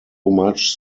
much